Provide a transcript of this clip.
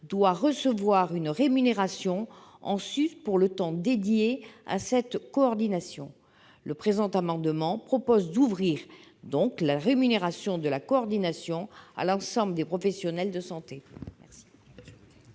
doit recevoir une rémunération en sus pour le temps dédié à cette coordination. Le présent amendement tend donc à ouvrir la rémunération de la coordination à l'ensemble des professionnels de santé.